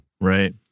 right